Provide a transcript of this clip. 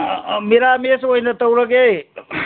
ꯃꯦꯔꯥꯃꯦꯁ ꯑꯣꯏꯅ ꯇꯧꯔꯒꯦ